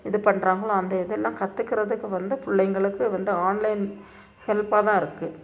இது பண்ணுறாங்களோ அந்த இதெல்லாம் கத்துகிறதுக்கு வந்து பிள்ளைங்களுக்கு வந்து ஆன்லைன் ஹெல்ப்பாக தான் இருக்குது